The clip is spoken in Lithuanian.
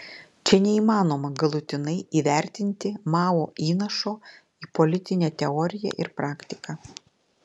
čia neįmanoma galutinai įvertinti mao įnašo į politinę teoriją ir praktiką